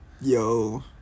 Yo